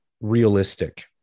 realistic